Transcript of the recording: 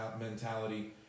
mentality